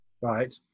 right